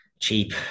cheap